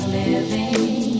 living